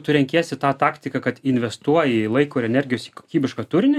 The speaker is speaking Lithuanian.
tu renkiesi tą taktiką kad investuoji laiko ir energijos į kokybišką turinį